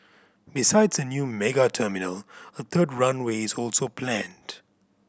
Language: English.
besides a new mega terminal a third runway is also planned